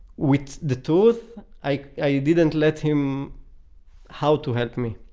with the truth i i didn't let him how to help me.